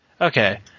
Okay